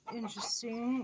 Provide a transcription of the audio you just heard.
interesting